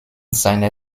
seiner